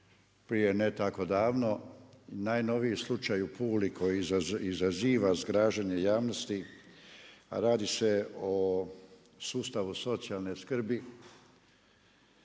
prije, ne tako davno, najnoviji slučaj u Puli koji izaziva zgražanje javnosti a radi se o sustavu socijalne skrbi